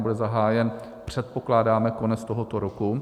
Bude zahájen, předpokládáme, konec tohoto roku.